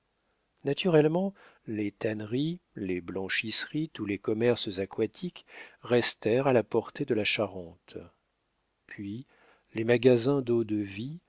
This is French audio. naturellement les tanneries les blanchisseries tous les commerces aquatiques restèrent à la portée de la charente puis les magasins deaux de vie